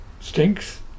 stinks